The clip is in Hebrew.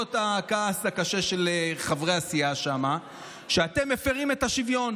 למרות הכעס הקשה של חברי הסיעה שם שאתם מפירים את השוויון,